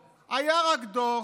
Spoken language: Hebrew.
הצפוי.